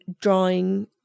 drawing